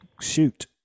shoot